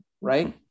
right